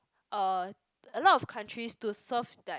uh a lot of countries to serve that